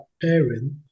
parent